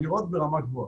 הדירות הן ברמה גבוהה.